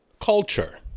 culture